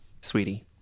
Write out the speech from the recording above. sweetie